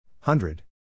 Hundred